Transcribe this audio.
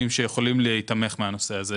רק הוא יכול לתת את הניימינג לגביע או משהו כזה.